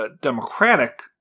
Democratic